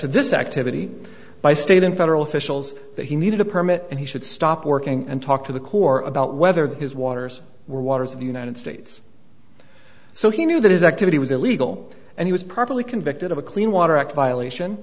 to this activity by state and federal officials that he needed a permit and he should stop working and talk to the corps about whether that his waters were waters of the united states so he knew that his activity was illegal and he was properly convicted of a clean water act violation